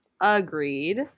Agreed